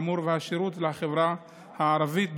האמון והשירות לחברה הערבית,